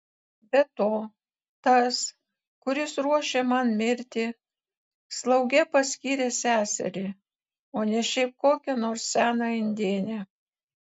be to tas kuris ruošia man mirtį slauge paskyrė seserį o ne šiaip kokią nors seną indėnę